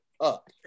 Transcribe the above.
up